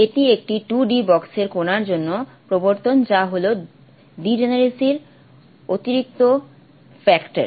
এটি একটি 2 d বক্সের কণার জন্য প্রবর্তন যা হল ডিজেনেরেসির অতিরিক্ত ফ্যাক্টর